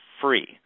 free